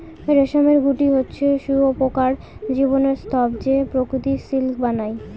রেশমের গুটি হচ্ছে শুঁয়োপকার জীবনের স্তুপ যে প্রকৃত সিল্ক বানায়